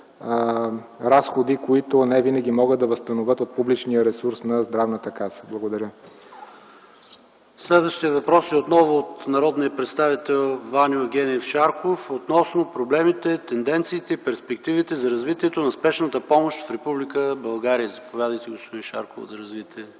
разходи, които не винаги могат да възстановят от публичния ресурс на Здравната каса. Благодаря. ПРЕДСЕДАТЕЛ ПАВЕЛ ШОПОВ: Следващият въпрос е отново от народния представител Ваньо Евгениев Шарков, относно проблемите, тенденциите и перспективите за развитието на Спешната помощ в Република България. Заповядайте, господин Шарков, да развиете